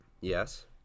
Yes